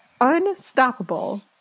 Unstoppable